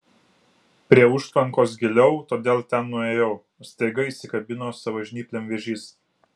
prie užtvankos giliau todėl ten nuėjau staiga įsikabino savo žnyplėm vėžys